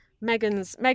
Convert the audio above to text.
Megan's